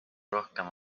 rohkem